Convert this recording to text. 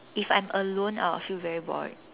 if I'm alone I will feel very bored